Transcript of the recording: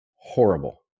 horrible